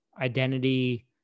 identity